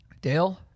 Dale